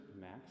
Max